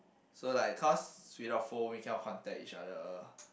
so like cause without phone we cannot contact each other